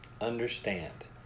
Understand